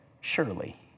Surely